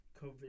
COVID